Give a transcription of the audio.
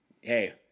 hey